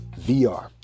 VR